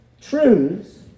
truths